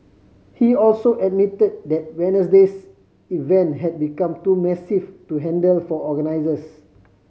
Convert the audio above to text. he also admitted that Wednesday's event had become too massive to handle for organisers